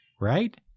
right